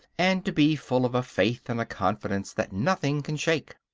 and to be full of a faith and a confidence that nothing can shake.